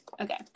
Okay